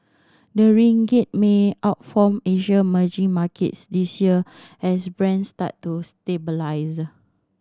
the ringgit may outperform Asia merging markets this year as Brent start to stabilise